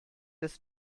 des